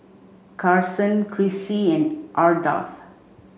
Carson Chrissie and Ardath